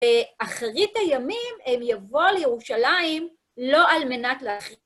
אחרית הימים הם יבואו לירושלים, לא על מנת להח...